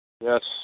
Yes